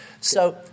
So-